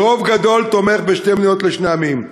ורוב גדול תומך בשתי מדינות לשני עמים.